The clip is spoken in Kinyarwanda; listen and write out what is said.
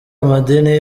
amadini